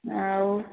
ଆଉ